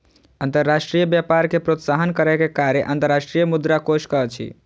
अंतर्राष्ट्रीय व्यापार के प्रोत्साहन करै के कार्य अंतर्राष्ट्रीय मुद्रा कोशक अछि